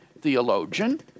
theologian